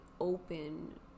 Open